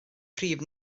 prif